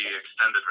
extended